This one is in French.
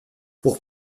pour